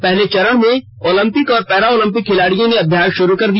पहले चरण में ओलम्पिक और पैरा ओलम्पिक खिलाड़ियों ने अभ्यास शुरू कर दिया